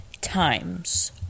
times